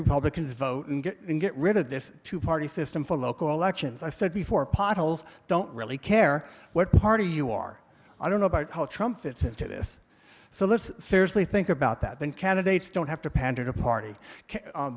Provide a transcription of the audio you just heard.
republicans vote and get in get rid of this two party system for local elections i said before potholes don't really care what party you are i don't know about how trump fits into this so let's seriously think about that then candidates don't have to pander to party